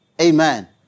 Amen